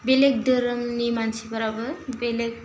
बेलेक दोरोमनि मानसिफोराबो बेलेक